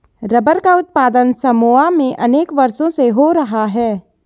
rubber का उत्पादन Samoa में अनेक वर्षों से हो रहा है